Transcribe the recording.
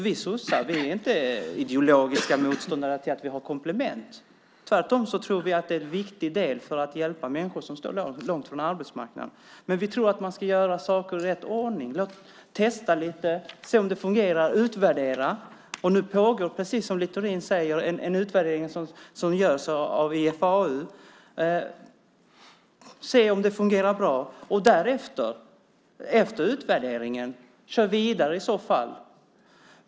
Vi sossar är inte ideologiska motståndare till att ha komplement. Tvärtom tror vi att det är en viktig del för att hjälpa människor som står långt från arbetsmarknaden. Men vi tror att man ska göra saker i rätt ordning - testa lite och se om det fungerar och utvärdera. Nu pågår, precis som Littorin säger, en utvärdering som görs av IFAU. Man får se om det fungerar bra. Efter utvärderingen får man i så fall köra vidare.